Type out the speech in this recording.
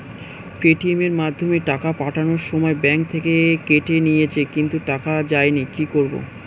Paytm এর মাধ্যমে টাকা পাঠানোর সময় ব্যাংক থেকে কেটে নিয়েছে কিন্তু টাকা যায়নি কি করব?